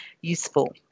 useful